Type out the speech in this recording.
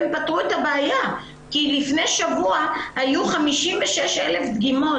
אני לא רואה שהן פתרו את הבעיה כי לפני שבוע היו 56,000 דגימות.